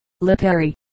Lipari